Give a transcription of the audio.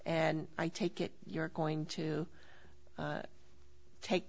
and i take it you're going to take